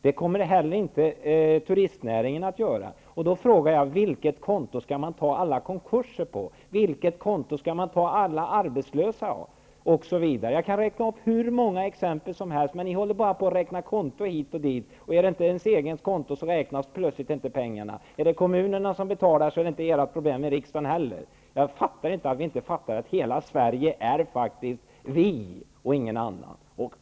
Det kommer inte heller turistnäringen att göra. Vilket konto skall alla konkurser tas på, och vilket konto skall vara för de arbetslösa, osv.? Jag kan räkna upp hur många exempel som helst. Men ni räknar bara på konton hit och dit. Är det inte fråga om ett eget konto, räknas plötsligt inte pengarna. Om det är kommunerna som betalar, är det inte riksdagens problem. Jag fattar inte att inte ni fattar att hela Sverige faktiskt är vi och ingen annan.